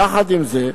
יחד עם זאת,